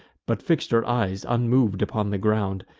but fix'd her eyes unmov'd upon the ground,